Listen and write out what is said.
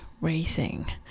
Racing